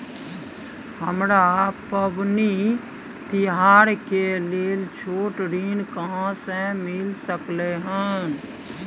हमरा पबनी तिहार के लेल छोट ऋण कहाँ से मिल सकलय हन?